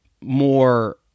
more